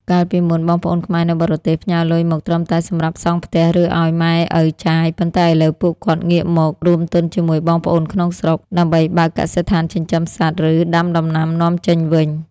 កាលពីមុន បងប្អូនខ្មែរនៅបរទេសផ្ញើលុយមកត្រឹមតែសម្រាប់សង់ផ្ទះ ឬឱ្យម៉ែឪចាយ ប៉ុន្តែឥឡូវពួកគាត់ងាកមក "រួមទុនជាមួយបងប្អូនក្នុងស្រុក" ដើម្បីបើកកសិដ្ឋានចិញ្ចឹមសត្វ ឬដាំដំណាំនាំចេញវិញ។